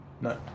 no